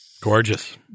Gorgeous